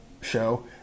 Show